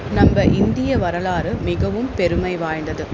நம்ம இந்திய வரலாறு மிகவும் பெருமை வாய்ந்தது